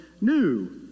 new